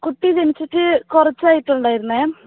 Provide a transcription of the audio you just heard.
കുട്ടി ജനിച്ചിട്ട് കുറച്ചായിട്ടുണ്ടായിരുന്നേ